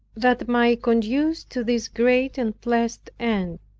that might conduce to this great and blessed end.